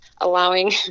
allowing